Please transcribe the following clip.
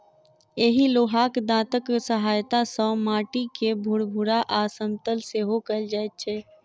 एहि लोहाक दाँतक सहायता सॅ माटि के भूरभूरा आ समतल सेहो कयल जाइत छै